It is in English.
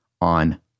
on